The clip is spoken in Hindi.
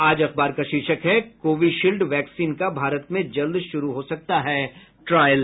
आज अखबार का शीर्षक है कोविशील्ड वैक्सीन का भारत में जल्द शुरू हो सकता है ट्रायल